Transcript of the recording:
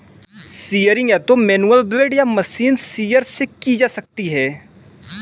shearing या तो manual blade या मशीन शीयर से की जा सकती है